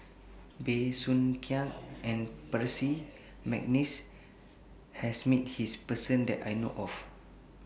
Bey Soo Khiang and Percy Mcneice has Met His Person that I know of